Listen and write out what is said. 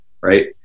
Right